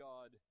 God